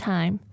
Time